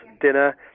dinner